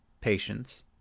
patience